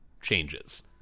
changes